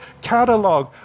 catalog